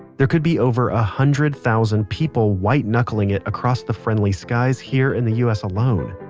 there could be over a hundred thousand people white-knuckling it across the friendly skies here in the u s alone.